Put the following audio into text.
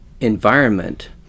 environment